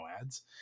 ads